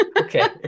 okay